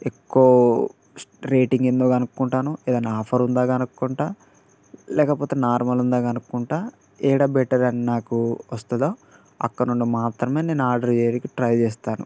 ఎక్కువ star rating ఏంటో కనుక్కుంటాను ఏదన్నా ఆఫర్ ఉందా కనుక్కుంటూ లేకపోతే నార్మల్ ఉందా కనుక్కుంటూ ఎక్కడ బెటర్ అని నాకు వస్తుందో అక్కడినుండి మాత్రమే నేను ఆర్డర్ చేయనీకి ట్రై చేస్తాను